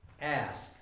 Ask